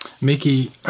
Mickey